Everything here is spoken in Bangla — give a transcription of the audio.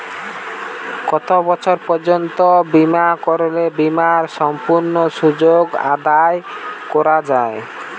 কত বছর পর্যন্ত বিমা করলে বিমার সম্পূর্ণ সুযোগ আদায় করা য়ায়?